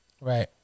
Right